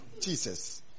Jesus